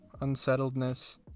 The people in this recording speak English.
unsettledness